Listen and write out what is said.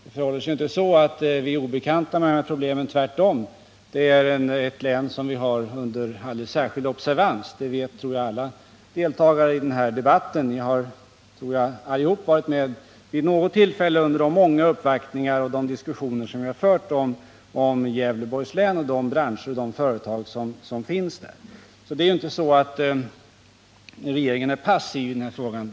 Det förhåller sig inte så att vi är obekanta med de här problemen —- tvärtom. Gävleborgs län är ett län som vi har under alldeles särskild observans. Det tror jag alla deltagare i den här debatten vet. Ni har ju allihop, tror jag, varit med vid något tillfälle under de många uppvaktningar och vid de diskussioner som vi har fört om Gävleborgs län och de branscher och företag som finns där. Det är ju inte så att regeringen är passiv i den här frågan.